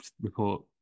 report